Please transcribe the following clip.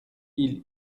ils